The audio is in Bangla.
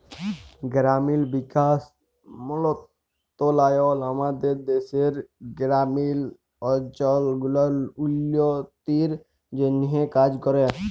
গেরামিল বিকাশ মলত্রলালয় আমাদের দ্যাশের গেরামিল অলচল গুলার উল্ল্য তির জ্যনহে কাজ ক্যরে